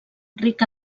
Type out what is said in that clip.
ric